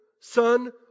Son